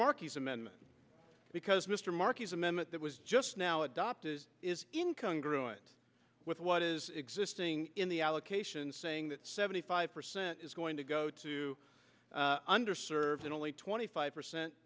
marquis's amendment because mr marquis's amendment that was just now adopted is income grew it with what is existing in the allocation saying that seventy five percent is going to go to under served and only twenty five percent